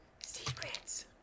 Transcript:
Secrets